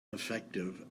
effective